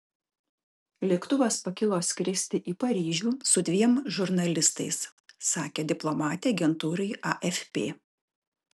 lėktuvas pakilo skristi į paryžių su dviem žurnalistais sakė diplomatė agentūrai afp